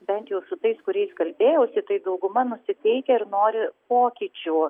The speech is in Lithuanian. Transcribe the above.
tikrai yra bent jau su tais kuriais kalbėjausi tai dauguma nusiteikę ir nori pokyčių